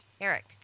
Eric